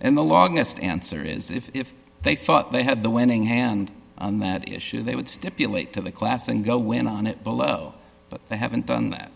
and the longest answer is if they thought they had the winning hand on that issue they would stipulate to the class and go win on it below but they haven't done that